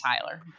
Tyler